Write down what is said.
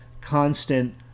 constant